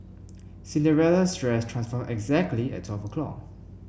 Cinderella's dress transformed exactly at twelve o'clock